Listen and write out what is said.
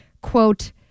quote